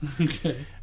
okay